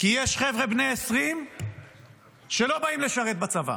כי יש חבר'ה בני 20 שלא באים לשרת בצבא.